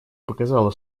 показала